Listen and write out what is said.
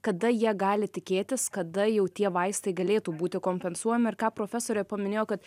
kada jie gali tikėtis kada jau tie vaistai galėtų būti kompensuojami ir ką profesorė paminėjo kad